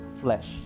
flesh